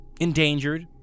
endangered